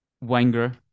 Wenger